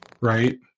right